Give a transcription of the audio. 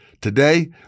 Today